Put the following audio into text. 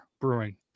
brewing